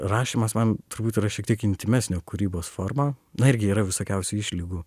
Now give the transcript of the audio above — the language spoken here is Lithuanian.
rašymas man turbūt yra šiek tiek intymesnio kūrybos forma na irgi yra visokiausių išlygų